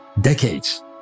decades